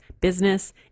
business